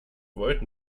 volt